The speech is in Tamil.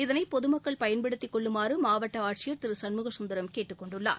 இதனை பொதுமக்கள் பயன்படுத்திக் கொள்ளுமாறு மாவட்ட ஆட்சியர் திரு சண்முக சுந்தரம் கேட்டுக் கொண்டுள்ளார்